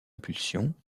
impulsion